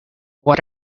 what